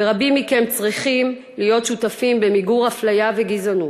ורבים מכם צריכים להיות שותפים למיגור אפליה וגזענות.